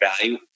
value